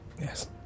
Yes